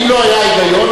אם לא היה היגיון,